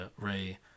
Ray